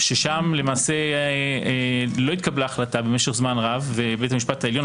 ששם לא התקבלה החלטה משך זמן רב ובית המשפט העליון,